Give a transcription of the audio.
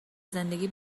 زندگی